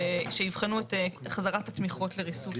שיבחנו את חזרת התמיכות לריסוק